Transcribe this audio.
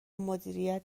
مدیریت